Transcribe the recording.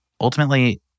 ultimately